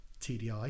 TDI